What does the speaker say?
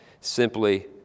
simply